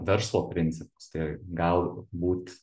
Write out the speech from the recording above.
verslo principus tai gal būt